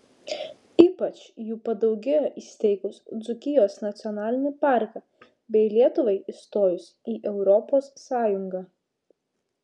ypač jų padaugėjo įsteigus dzūkijos nacionalinį parką bei lietuvai įstojus į europos sąjungą